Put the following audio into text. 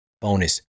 bonus